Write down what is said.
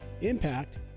Impact